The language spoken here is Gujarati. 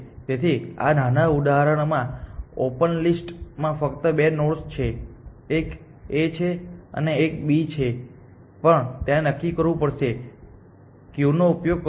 તેથી આ નાના ઉદાહરણમાં ઓપન લિસ્ટ માં ફક્ત બે નોડ્સ છે એક A છે અને એક B છે તેણે નક્કી કરવું પડશે કે કયા નો ઉપયોગ કરવો